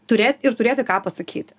turėt ir turėti ką pasakyti